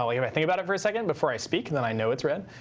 i think about it for a second before i speak, then i know it's red.